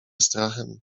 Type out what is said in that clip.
strachem